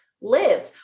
live